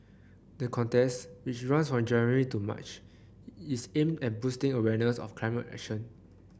the contest which runs from January to March is aimed at boosting awareness of climate action